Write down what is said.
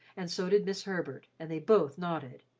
and so did miss herbert, and they both nodded.